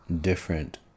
different